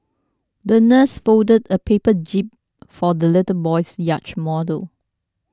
the nurse folded a paper jib for the little boy's yacht model